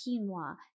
quinoa